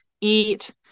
eat